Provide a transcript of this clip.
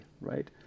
right